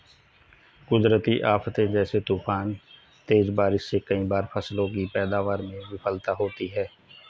कुदरती आफ़ते जैसे तूफान, तेज बारिश से कई बार फसलों की पैदावार में विफलता होती है